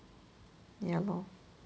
ya lor